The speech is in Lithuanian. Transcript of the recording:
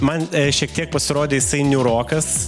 man šiek tiek pasirodė jisai niūrokas